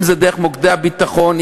אם דרך מוקדי הביטחון,